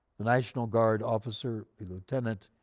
the national guard officer, a lieutenant,